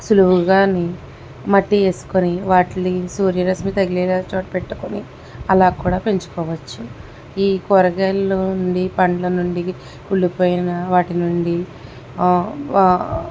సులువుగా మట్టి వేసుకొని వాటికి సూర్యరశ్మి తగినట్లు పెట్టుకొని అలా కూడా పెంచుకోవచ్చు ఈ కూరగాయల నుండి పండ్ల నుండి కుళ్ళిపోయిన వాటినుండి